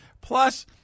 plus